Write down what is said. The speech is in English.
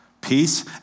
peace